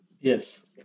Yes